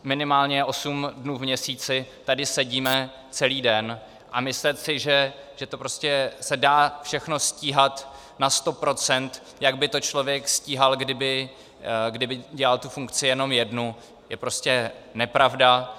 Minimálně osm dnů v měsíci tady sedíme celý den a myslet si, že se to prostě dá všechno stíhat na sto procent, jako by to člověk stíhal, kdyby dělal tu funkci jenom jednu, je prostě nepravda.